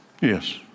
Yes